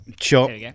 Sure